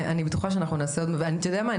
אני בטוחה שאנחנו נעשה עוד אתה יודע מה?